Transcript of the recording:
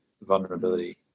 vulnerability